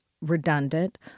redundant